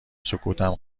سکوتم